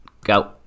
Go